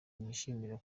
ntiyishimiye